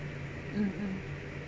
mm mm